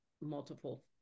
multiple